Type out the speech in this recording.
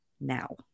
now